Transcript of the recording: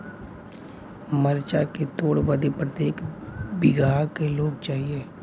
मरचा के तोड़ बदे प्रत्येक बिगहा क लोग चाहिए?